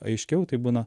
aiškiau tai būna